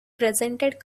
presented